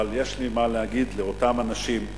אבל יש לי מה להגיד לאותם אנשים,